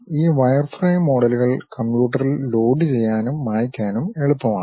ഈ വയർഫ്രെയിം മോഡലുകൾ കമ്പ്യൂട്ടറിൽ ലോഡുചെയ്യാനും മായ്ക്കാനും എളുപ്പമാണ്